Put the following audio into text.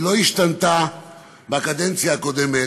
היא לא השתנתה מהקדנציה הקודמת,